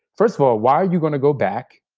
first of all, why are you going to go back?